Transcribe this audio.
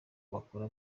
mukora